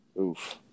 Oof